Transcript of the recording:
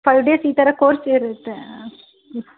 five days ಈ ಥರ course ಇರುತ್ತೆ ಹ್ಞೂ